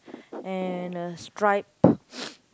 and a striped